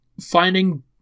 finding